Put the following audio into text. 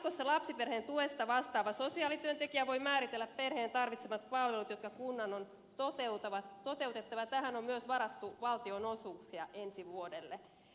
jatkossa lapsiperheen tuesta vastaava sosiaalityöntekijä voi määritellä perheen tarvitsemat palvelut jotka kunnan on toteutettava ja tähän on myös varattu valtionosuuksia ensi vuodelle